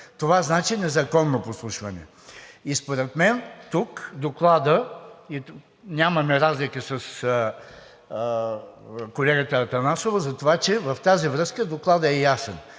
това значи незаконно подслушване. И според мен тук нямаме разлика с колегата Атанасова за това, че в тази връзка Докладът е ясен